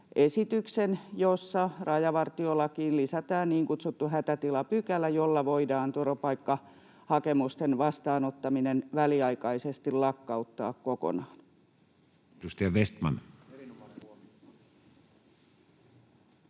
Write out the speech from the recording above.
jossa rajavartiolakiin lisätään niin kutsuttu hätätilapykälä, jolla voidaan turvapaikkahakemusten vastaanottaminen väliaikaisesti lakkauttaa kokonaan.